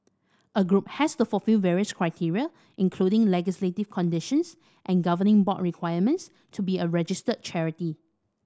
a group has to fulfil various criteria including legislative conditions and governing board requirements to be a registered charity